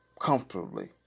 Comfortably